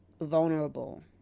vulnerable